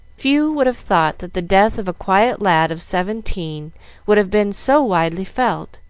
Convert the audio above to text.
few would have thought that the death of a quiet lad of seventeen would have been so widely felt,